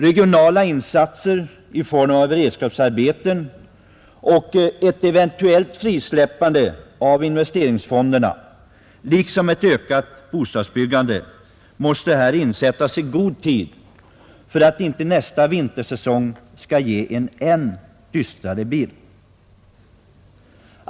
Regionala insatser i form av beredskapsarbeten och ett eventuellt frisläppande av investeringsfonderna liksom ett ökat bostadsbyggande måste här insättas i god tid för att inte nästa vintersäsong skall ge en än dystrare bild.